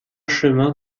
chemin